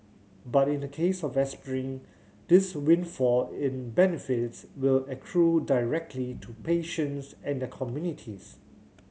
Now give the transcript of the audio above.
but in the case of aspirin this windfall in benefits will accrue directly to patients and their communities